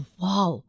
wow